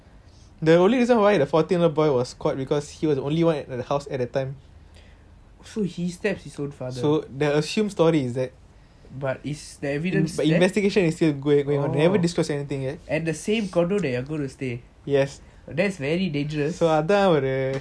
so he stab his own father but is the evidence there oh at the same condo that you are going to stay oh that is very dangerous